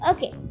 Okay